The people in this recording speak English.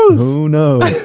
ah who knows?